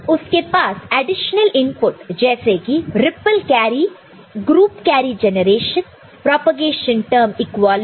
उसके पास additional input जैसे कि ripple carry group carry generation propagation term equality